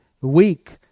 weak